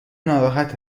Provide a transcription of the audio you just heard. ناراحت